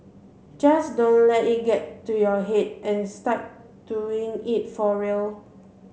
just don't let it get to your head and start doing it for real